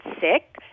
sick